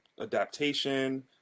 adaptation